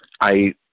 I